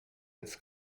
its